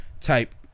type